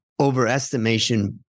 overestimation